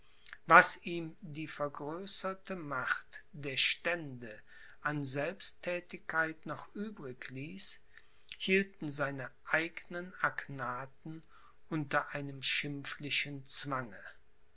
was ihm die vergrößerte macht der stände an selbstthätigkeit noch übrig ließ hielten seine eignen agnaten unter einem schimpflichen zwange